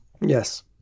Yes